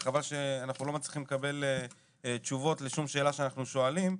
רק חבל שאנחנו לא מצליחים לקבל תשובות לשום שאלה שאנחנו שואלים,